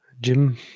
Jim